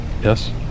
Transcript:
Yes